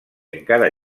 encara